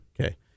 Okay